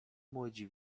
młodzi